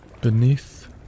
Beneath